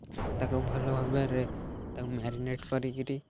ତାକୁ ଭଲ ଭାବରେ ତାକୁ ମ୍ୟାରିନେଟ୍ କରିକରି